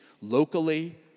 locally